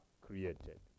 created